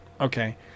Okay